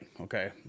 Okay